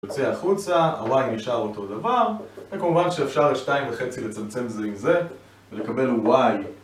יוצא החוצה, ה-Y נשאר אותו הדבר, וכמובן שאפשר לשתיים וחצי לצמצם זה עם זה ולקבל Y